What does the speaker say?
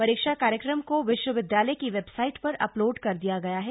परीक्षा कार्यक्रम को विश्वविद्यालय की वेबसाइट पर अपलोड कर दिया गया है